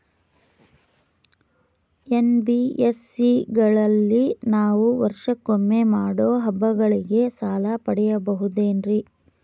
NBSC ಗಳಲ್ಲಿ ನಾವು ವರ್ಷಕೊಮ್ಮೆ ಮಾಡೋ ಹಬ್ಬಗಳಿಗೆ ಸಾಲ ಪಡೆಯಬಹುದೇನ್ರಿ?